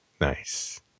Nice